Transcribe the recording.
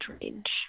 range